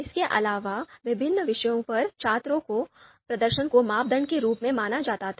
इसके अलावा विभिन्न विषयों पर छात्रों के प्रदर्शन को मापदंड के रूप में माना जाता था